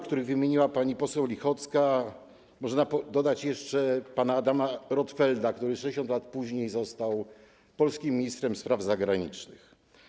których wymieniła pani poseł Lichocka, można dodać jeszcze pana Adama Rotfelda, który 60 lat później został polskim ministrem spraw zagranicznych.